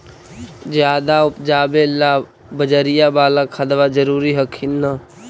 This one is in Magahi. ज्यादा उपजाबे ला बजरिया बाला खदबा जरूरी हखिन न?